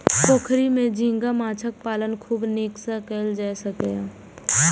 पोखरि मे झींगा माछक पालन खूब नीक सं कैल जा सकैए